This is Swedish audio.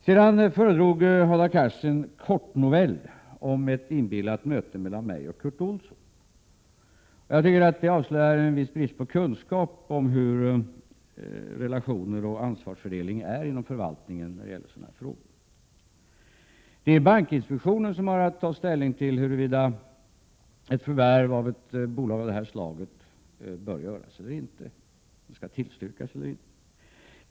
Sedan föredrog Hadar Cars en kortnovell om ett inbillat möte mellan mig och Curt Olsson. Jag tycker detta avslöjar en viss brist på kunskap om relationerna och ansvarsfördelningen inom förvaltningen när det gäller sådana här frågor. Det är bankinspektionen som har att ta ställning till huruvida ett förvärv av ett bolag av det här slaget bör göras eller inte och kan tillstyrkas eller inte.